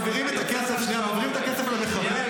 הפלסטינית ומעבירים את הכסף -- שנייה,